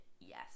Yes